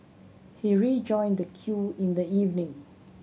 he rejoined the queue in the evening